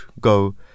go